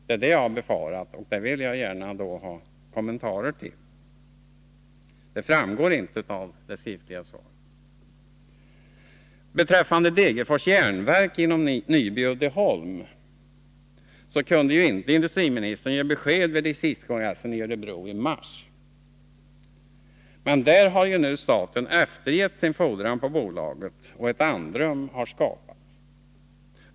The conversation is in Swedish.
Jag vill gärna ha kommentarer till dessa mina farhågor. Det framgår inte av det lämnade svaret hur det blir med detta. Beträffande Degerfors järnverk inom Nyby Uddeholm kunde ju industriministern inte ge besked vid distriktskongressen i Örebro i mars, men staten har ju nu eftergett sin fordran på bolaget, och ett andrum har skapats.